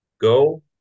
go